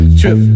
trip